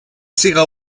siga